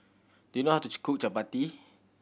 do you know how to cook Chapati